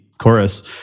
chorus